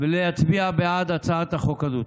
ולהצביע בעד הצעת החוק הזאת.